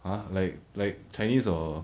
a'ah like like chinese or